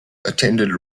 attended